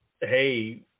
hey